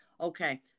Okay